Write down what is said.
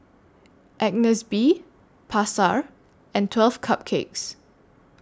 Agnes B Pasar and twelve Cupcakes